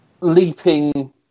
leaping